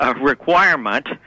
requirement